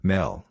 Mel